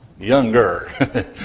Younger